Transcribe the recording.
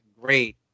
great